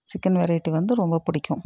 chicken variety வந்து ரொம்ப பிடிக்கும்